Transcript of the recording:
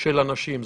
של אנשים.